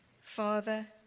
Father